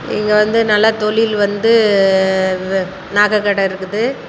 இங்கே வந்து நல்லா தொழில் வந்து வே நகைக் கடை இருக்குது